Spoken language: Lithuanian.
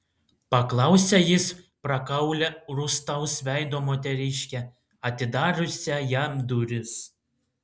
paklausė jis prakaulią rūstaus veido moteriškę atidariusią jam duris